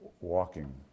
walking